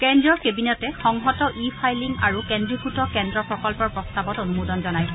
কেন্দ্ৰীয় কেবিনেটে সংহত ই ফাইলিং আৰু কেন্দ্ৰীভূত কেন্দ্ৰ প্ৰকল্পৰ প্ৰস্তাৱত অনুমোদন জনাইছে